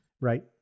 Right